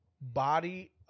body